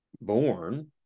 born